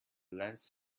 lens